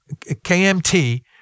KMT